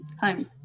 time